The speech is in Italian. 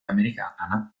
americana